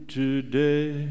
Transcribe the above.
today